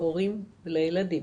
להורים ולילדים.